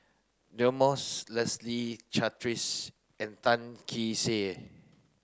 Deirdre Moss Leslie Charteris and Tan Kee Sek